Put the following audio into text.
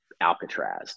Alcatraz